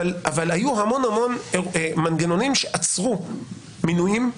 אבל היו המון-המון מנגנונים שעצרו מינויים,